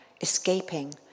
escaping